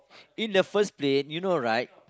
in the first place you know right